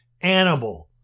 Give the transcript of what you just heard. animal